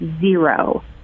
zero